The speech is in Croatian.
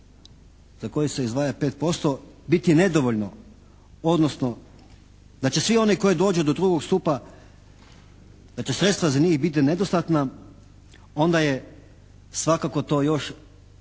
za koji se izdvaja 5% biti nedovoljno, odnosno da će svi oni koji dođu do drugog stupa, da će sredstva za njih biti nedostatna, onda je svakako to još